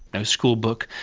no schoolbook,